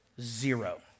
Zero